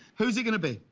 who's it going to be?